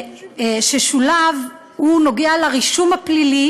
ששולב, נוגע לרישום הפלילי